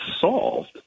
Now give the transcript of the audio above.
solved